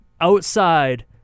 outside